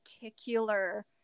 particular